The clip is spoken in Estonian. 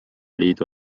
liidu